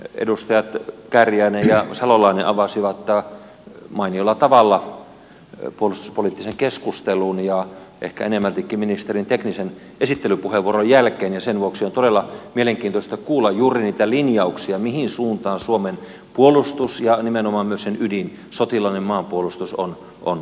edustajat kääriäinen ja salolainen avasivat mainiolla tavalla puolustuspoliittisen keskustelun ministerin ehkä enemmältikin teknisen esittelypuheenvuoron jälkeen ja sen vuoksi on todella mielenkiintoista kuulla juuri niitä linjauksia mihin suuntaan suomen puolustus ja nimenomaan myös sen ydin sotilaallinen maanpuolustus on menossa